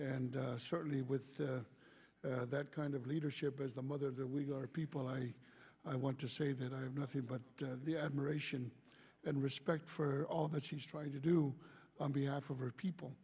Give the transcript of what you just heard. and certainly with that kind of leadership as a mother that we go to people i i want to say that i have nothing but admiration and respect for all that she's trying to do on behalf of our people